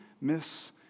miss